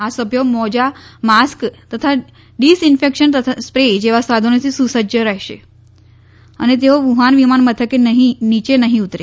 આ સભ્યો મોજા માસ્ક તથા ડિસઈન્ફેક્શન સ્રેસે જેવા સાધનોથી સુસજ્જ રહેશે અને તેઓ વુહાન વિમાન મથકે નીચે નહીં ઉતરે